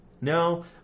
No